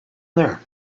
there